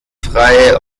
freie